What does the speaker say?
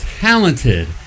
talented